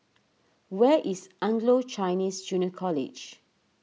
where is Anglo Chinese Junior College